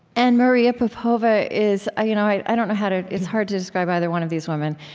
and maria popova is ah you know i don't know how to it's hard to describe either one of these women.